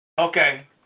okay